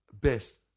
best